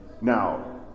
Now